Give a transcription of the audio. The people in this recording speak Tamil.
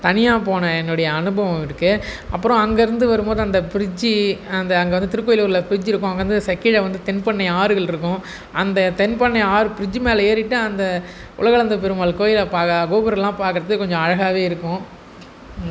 தனியாக போன என்னுடய அனுபவம் இருக்குது அப்புறம் அங்கேருந்து வரும்போது அந்த பிரிட்ஜ்ஜி அந்த அங்கேருந்து திருக்கோவிலூரில் பிரிட்ஜ்ஜிருக்கும் அங்கேருந்து கீழே வந்து தென்பண்ணை ஆறுகளிருக்கும் அந்த தென்பண்ணை ஆறு பிரிட்ஜி மேல ஏறிட்டு அந்த உலகளந்த பெருமாள் கோயிலை பார்க்க கோபுரம்லாம் பார்க்குறத்துக்கு கொஞ்சம் அழகாவேயிருக்கும்